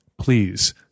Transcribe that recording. Please